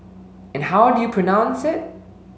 and how do you pronounce it